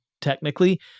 technically